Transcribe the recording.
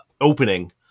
opening